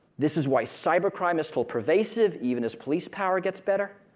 this is why cyber crime is still pervasive even as police power gets better,